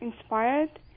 inspired